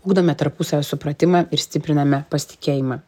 ugdome tarpusavio supratimą ir stipriname pasitikėjimą